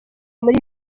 muri